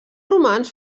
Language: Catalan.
romans